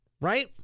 Right